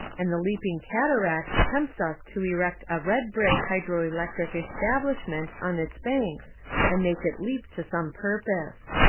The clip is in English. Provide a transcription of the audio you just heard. and the leaping cataract tempts us to erect a red-brick hydro-electric establish ment on its banks and make it leap to some purpose.